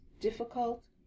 difficult